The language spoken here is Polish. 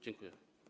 Dziękuję.